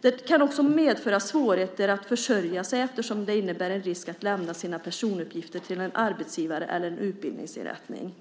Det kan också medföra svårigheter att försörja sig eftersom det innebär en risk att lämna sina personuppgifter till en arbetsgivare eller utbildningsinrättning.